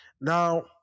Now